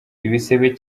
ibisebe